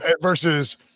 versus